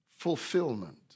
Fulfillment